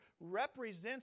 represents